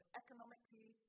economically